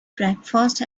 breakfast